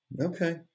Okay